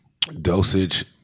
dosage